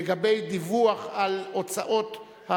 לגבי דיווח על הוצאות,